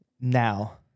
Now